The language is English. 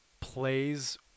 plays